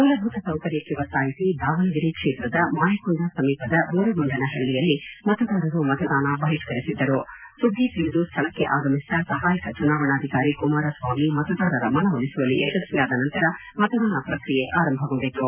ಮೂಲಭೂತ ಸೌಕರ್ಯಕ್ಕೆ ಒತ್ತಾಯಿಸಿ ದಾವಣಗೆರೆ ಕ್ಷೇತ್ರದ ಮಾಯಕೊಂಡ ಸಮೀಪದ ಬೋರಗೊಂಡನಹಳ್ಳಿಯಲ್ಲಿ ಮತದಾರರು ಮತದಾನ ಬಹಿಷ್ಕರಿಸಿದ್ದರು ಸುದ್ದಿ ತಿಳಿದು ಸ್ದಳಕ್ಕೆ ಆಗಮಿಸಿದ ಸಹಾಯಕ ಚುನಾವಣಾಧಿಕಾರಿ ಕುಮಾರಸ್ವಾಮಿ ಮತದಾರರ ಮನವೊಲಿಸುವಲ್ಲಿ ಯಶಸ್ವಿಯಾದ ನಂತರ ಮತದಾನ ಪ್ರಕ್ರಿಯೆ ಆರಂಭಗೊಂಡಿತು